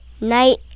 night